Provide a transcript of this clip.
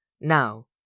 Now